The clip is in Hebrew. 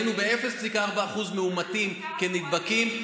היינו ב-0.4% מאומתים כנדבקים,